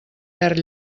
perd